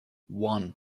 one